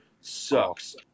sucks